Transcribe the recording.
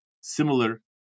similar